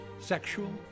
sexual